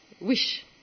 wish